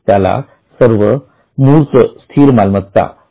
त्या सर्व मूर्त स्थिर मालमत्ता